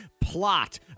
plot